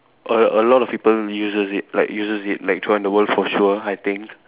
a a lot of people uses it like uses it like throughout the world for sure I think